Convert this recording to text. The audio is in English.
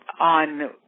on